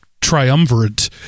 triumvirate